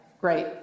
Great